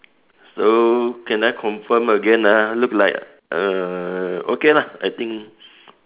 so can I confirm again ah look like uh okay lah I think